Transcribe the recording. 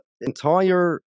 entire